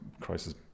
crisis